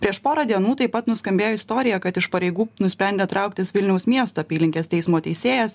prieš porą dienų taip pat nuskambėjo istorija kad iš pareigų nusprendė trauktis vilniaus miesto apylinkės teismo teisėjas